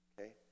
Okay